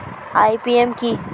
IPM কি?